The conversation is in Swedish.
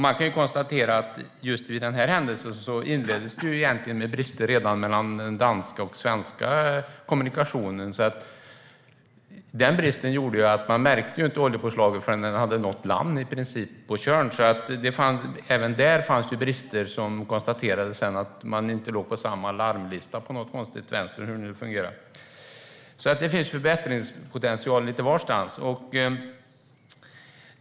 Man kan konstatera att just denna händelse inleddes med brister redan i den danska och svenska kommunikationen. Dessa brister gjorde att man inte märkte oljepåslaget förrän det i princip hade nått land på Tjörn. Även där fanns det brister. Det konstaterades sedan att man inte var uppsatt på samma larmlista på något konstigt sätt, hur det nu fungerar. Så det finns förbättringspotential lite varstans.